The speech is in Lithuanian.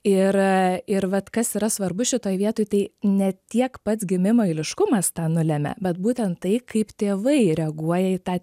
ir ir vat kas yra svarbu šitoj vietoj tai ne tiek pats gimimo eiliškumas tą nulemia bet būtent tai kaip tėvai reaguoja į tą